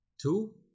two